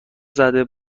زده